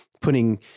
putting